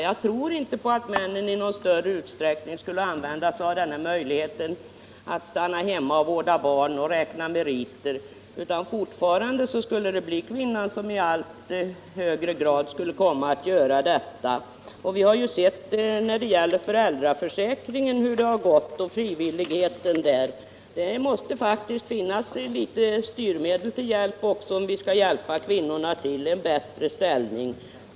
Jag tror inte att män i någon större utsträckning skulle använda sig av möjligheten att stanna hemma och vårda barn och räkna meriter. Kvinnorna skulle däremot i allt högre grad komma att göra detta. Vi har sett hur det gick med frivilligheten vid föräldraförsäkringen. Det var faktiskt nödvändigt att ta litet styrmedel till hjälp för att hjälpa kvinnorna till en bättre ställning.